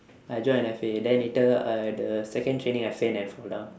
I joined and I faint then later uh the second training I faint and I fall down